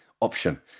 option